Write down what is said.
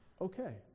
Okay